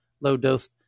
low-dose